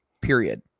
period